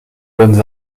bonnes